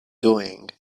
doing